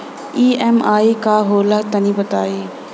EMI का होला तनि बताई?